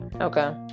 Okay